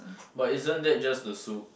but isn't that just the soup